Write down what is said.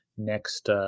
next